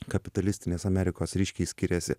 kapitalistinės amerikos ryškiai skiriasi